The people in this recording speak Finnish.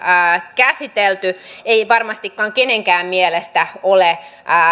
käsitelty ei varmastikaan kenenkään mielestä ole